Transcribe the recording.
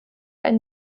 einen